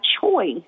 choice